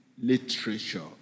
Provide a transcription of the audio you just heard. literature